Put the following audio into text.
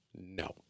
no